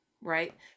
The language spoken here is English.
right